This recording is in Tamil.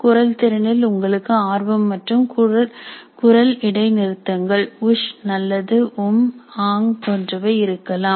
குரல் திறனில் உங்களுக்கு ஆர்வம் மற்றும் குரல் இடை நிறுத்தங்கள் உஷ் நல்லது உம் ஆங்போன்றவை இருக்கலாம்